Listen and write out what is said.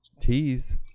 teeth